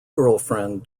girlfriend